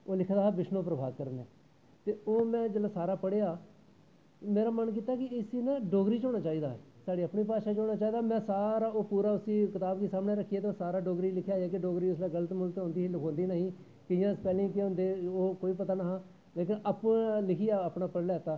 ओह् लिखे दा हा बिश्नू प्रभाकर नै ते ओह् में जिसलै सारा पढ़ेआ मेरी मन कीता कि इसी ना डोगरी च होना चाही दा हा साढ़ी भाशा च होना चाही दा हा में ओह् सारा कताब गी सामनैं रक्खियै ते सारा डोगरी च लिखिआ हांलांकि उसलै डोगरी औंदी नी ही गल्त फल्त लिखेआ इयैां सपैलिंग केह् होंदे ओह् पता नी हा लेकिन अप्पूं लिखी अपने पढ़नें आस्तै